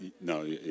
No